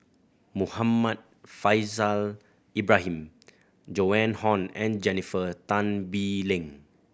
Muhammad Faishal Ibrahim Joan Hon and Jennifer Tan Bee Leng